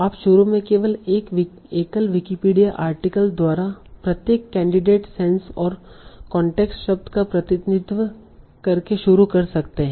आप शुरू में एकल विकिपीडिया आर्टिकल द्वारा प्रत्येक कैंडिडेट सेंस और कांटेक्स्ट शब्द का प्रतिनिधित्व करके शुरू कर सकते हैं